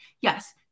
Yes